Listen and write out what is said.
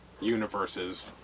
universes